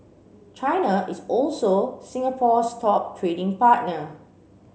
China is also Singapore's top trading partner